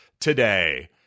today